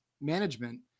management